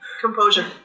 composure